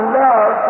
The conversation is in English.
love